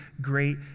great